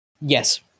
yes